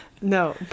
No